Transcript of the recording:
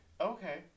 Okay